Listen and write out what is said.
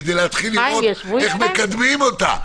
כדי להתחיל לראות איך מקדמים אותה?